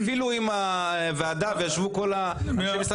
אפילו אם הוועדה וישבו כל האנשים ממשרד